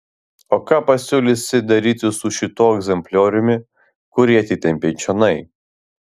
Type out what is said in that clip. o ką pasiūlysi daryti su šituo egzemplioriumi kurį atitempei čionai